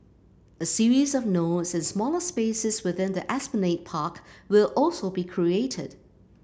a series of nodes and smaller spaces within the Esplanade Park will also be created